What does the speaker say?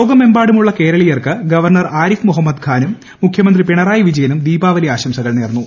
ലോകമെമ്പാടുമുള്ള കേരളീയർക്ക് ഗവർണർ ആരിഫ് മുഹമ്മദ് ഖാനും മുഖ്യമന്ത്രി പിണറായി വിജയനും ദീപാവലി ആശംസകൾ നേർന്നു